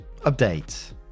Update